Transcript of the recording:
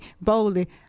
boldly